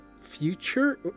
future